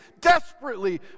desperately